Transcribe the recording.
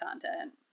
content